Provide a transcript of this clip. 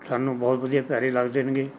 ਸਾਨੂੰ ਬਹੁਤ ਵਧੀਆ ਪਿਆਰੇ ਲੱਗਦੇ ਨੇਗੇ